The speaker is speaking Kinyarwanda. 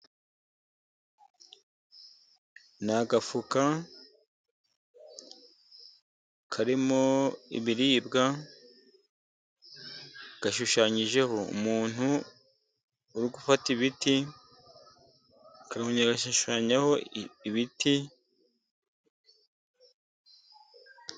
Ni agafuka karimo ibiribwa gashushanyijeho umuntu uri gufata ibiti karongeye gashushanyaho ibiti.